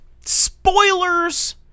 spoilers